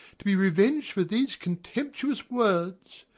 to be reveng'd for these contemptuous words!